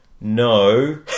No